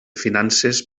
finances